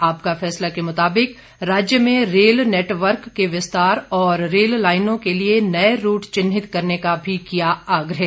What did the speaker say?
आपका फैसला के मुताबिक राज्य में रेल नेटवर्क के विस्तार और रेल लाइनयों के लिए नए रूट चिन्हित करने का भी कियाँ आग्रह